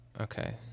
okay